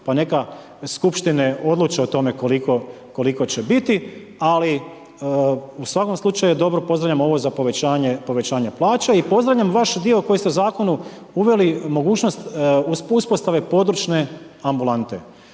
pa neka skupštine odluče o tome koliko će biti. Ali u svakom slučaju je dobro, pozdravljam ovo za povećanje plaća i pozdravljam vaš dio koji ste u Zakonu uveli mogućnost uspostave područne ambulante.